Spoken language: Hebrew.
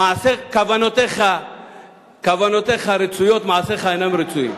כוונותיך רצויות, מעשיך אינם רצויים.